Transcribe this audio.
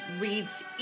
reads